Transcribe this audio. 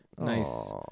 Nice